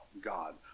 God